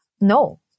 no